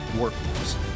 workforce